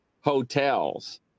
hotels